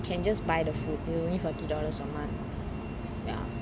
can just buy food it's only forty dollars a month ya